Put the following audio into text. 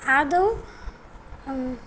आदौ